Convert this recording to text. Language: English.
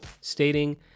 stating